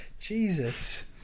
Jesus